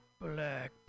black